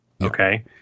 Okay